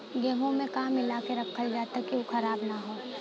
गेहूँ में का मिलाके रखल जाता कि उ खराब न हो?